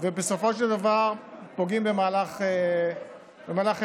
ובסופו של דבר פוגעים במהלך העדויות.